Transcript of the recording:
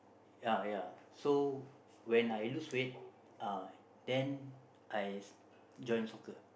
uh ya so when I lose weight uh then I join soccer